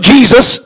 Jesus